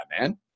man